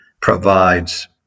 provides